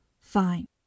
Fine